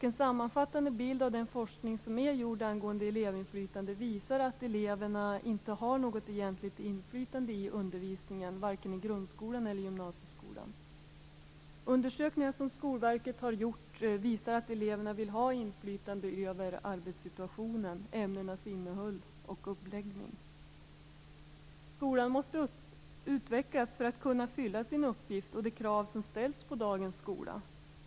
En sammanfattande bild av den forskning som är gjord angående elevinflytande visar att eleverna inte har något egentligt inflytande på undervisningen, varken i grundskolan eller i gymnasieskolan. Undersökningen som Skolverket har gjort visar att eleverna vill ha inflytande över arbetssituationen, ämnenas innehåll och uppläggning. Skolan måste utvecklas för att kunna fylla sin uppgift och de krav som ställs på dagens skola.